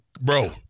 Bro